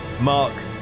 Mark